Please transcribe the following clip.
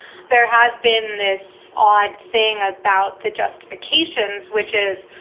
there has been this odd thing about the justifications, which is,